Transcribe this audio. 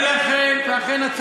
לכן,